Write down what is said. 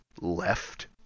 left